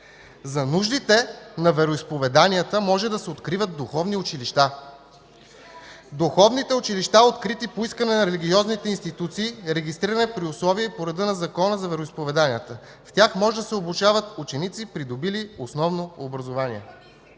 „За нуждите на вероизповеданията може да се откриват духовни училища. Духовни са училищата, открити по искане на религиозните институции, регистрирани при условията и по реда на Закона за вероизповеданията. В тях може да се обучават ученици, придобили основно образование.”